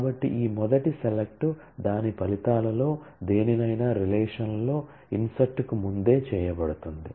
కాబట్టి ఈ మొదటి సెలెక్ట్ దాని ఫలితాలలో దేనినైనా రిలేషన్ లో ఇన్సర్ట్ కి ముందే చేయబడుతుంది